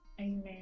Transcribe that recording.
Amen